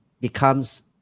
Becomes